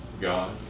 God